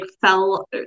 fell